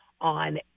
on